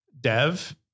dev